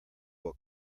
will